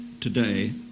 today